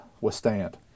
withstand